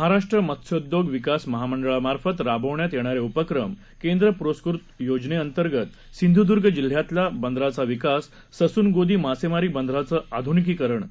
महाराष्ट्र मत्स्योद्योग विकास महामंडळामार्फत राबविण्यात येणारे उपक्रम केंद्र पुरस्कृत योजने अंतर्गत सिधूदर्ग जिल्ह्यातला बंदराचा विकास ससून गोदी मासेमारी बंदराचे आधूनिकीकरण